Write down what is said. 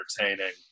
entertaining